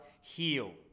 heal